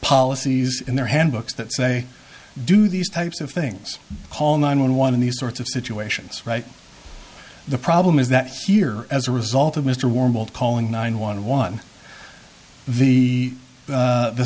policies in their handbooks that say do these types of things call nine one one in these sorts of situations right the problem is that here as a result of mr warm calling nine one one the